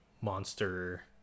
monster